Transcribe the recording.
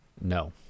No